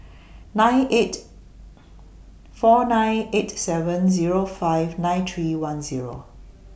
nine eight four nine eight seven Zero five nine three one Zero